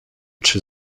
czy